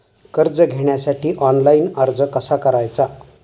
कर्ज घेण्यासाठी ऑनलाइन अर्ज कसा करायचा?